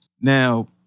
Now